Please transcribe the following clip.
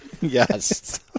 yes